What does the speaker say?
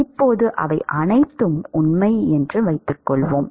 இப்போது அவை அனைத்தும் உண்மை என்று வைத்துக்கொள்வோம்